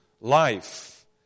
life